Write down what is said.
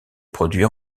produit